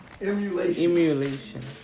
Emulation